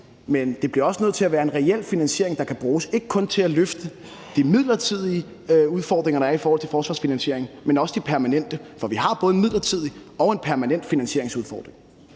men det bliver også nødt til at være en reel finansiering, der kan bruges til ikke kun at løfte de midlertidige udfordringer, der er i forhold til forsvarsfinansieringen, men også de permanente, for vi har både en midlertidig og en permanent finansieringsudfordring.